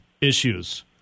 issues